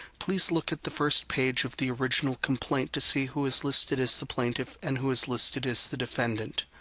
please look at the first page of the original complaint to see who is listed as the plaintiff and who is listed as the defendant.